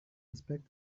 inspect